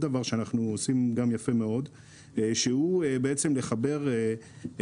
שהוא בעצם לחבר את המכירות כבר בהתחלה לחו"ל.